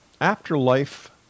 afterlife